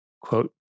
quote